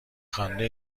خوانده